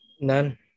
none